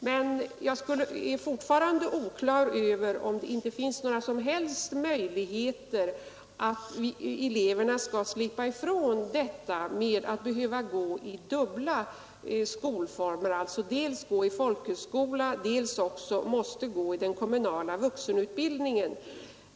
Men jag är fortfarande oklar över om det inte finns några som helst möjligheter att eleverna skall slippa gå i dubbla skolformer — dels i folkhögskola, dels i den kommunala vuxenutbildningen.